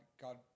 God